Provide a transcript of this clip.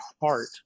heart